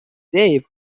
dave